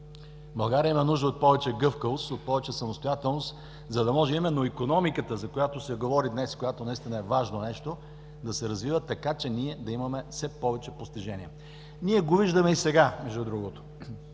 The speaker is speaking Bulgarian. България има нужда от повече гъвкавост, от повече самостоятелност, за да може именно икономиката, за която се говори днес, която наистина е важно нещо, да се развива така, че ние да имаме все повече постижения. Ние го виждаме и сега, но не е лошо